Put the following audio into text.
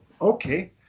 Okay